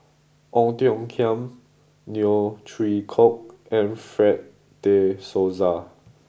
Ong Tiong Khiam Neo Chwee Kok and Fred de Souza